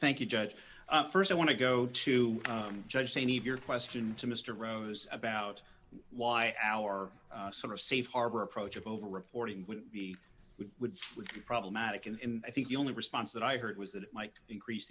thank you judge st i want to go to judge saini of your question to mr rose about why our sort of safe harbor approach of over reporting would be would would would be problematic in i think the only response that i heard was that it might increase